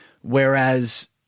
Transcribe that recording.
whereas